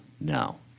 no